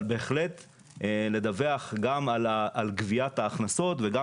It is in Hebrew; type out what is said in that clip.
אבל בהחלט לדווח גם על גביית ההכנסות וגם